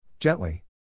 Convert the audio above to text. Gently